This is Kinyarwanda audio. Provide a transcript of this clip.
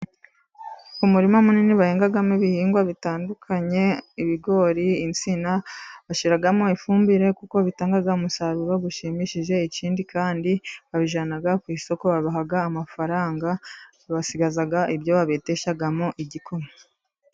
Umurima munini bahingamo ibihingwa bitandukanye, ibigori, insina. Bashyiramo ifumbire kuko bitanga umusaruro ushimishije. Ikindi kandi babijyana ku isoko bakabaha amafaranga, bagasiga ibyo babeteshamo igikoma.